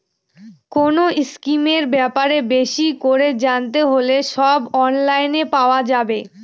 কোনো স্কিমের ব্যাপারে বেশি করে জানতে হলে সব অনলাইনে পাওয়া যাবে